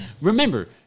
Remember